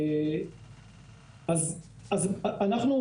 אז אנחנו,